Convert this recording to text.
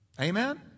Amen